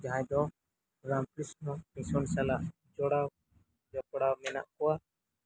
ᱡᱟᱦᱟᱸᱭ ᱫᱚ ᱨᱟᱢᱠᱤᱨᱤᱥᱱᱚ ᱢᱤᱥᱚᱱ ᱥᱟᱞᱟᱜ ᱡᱚᱲᱟᱣ ᱡᱚᱯᱲᱟᱣ ᱢᱮᱱᱟᱜ ᱠᱚᱣᱟ